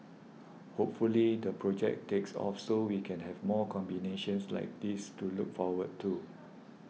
hopefully the project takes off so we can have more combinations like this to look forward to